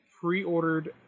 pre-ordered